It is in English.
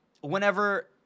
whenever